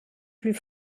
plus